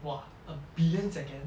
!wah! a billion seconds